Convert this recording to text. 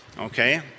okay